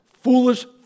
foolish